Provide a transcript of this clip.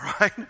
right